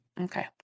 okay